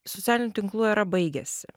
socialinių tinklų era baigėsi